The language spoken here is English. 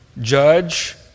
judge